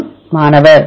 மாணவர் தொகை